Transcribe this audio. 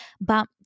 But-